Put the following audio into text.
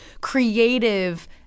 creative